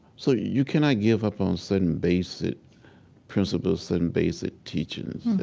so you cannot give up on certain basic principles and basic teachings